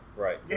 Right